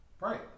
Right